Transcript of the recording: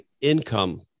income